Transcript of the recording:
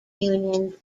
unions